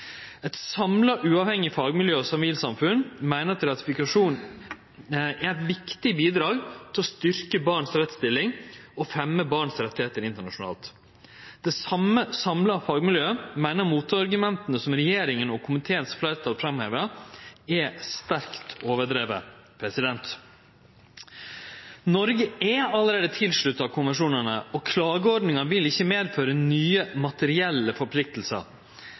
Eit samla uavhengig fagmiljø og sivilsamfunn meiner at ratifikasjon er eit viktig bidrag til å styrkje barns rettsstilling og fremje barns rettigheiter internasjonalt. Det same samla fagmiljøet meiner motargumenta som regjeringa og fleirtalet i komiteen framhevar, er sterkt overdrivne. Noreg er allereie tilslutta konvensjonane, og klageordninga vil ikkje medføre nye materielle